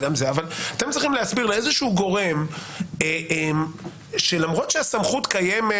אבל אתם צריכים להסביר לגורם שלמרות שהסמכות קיימת